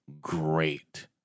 great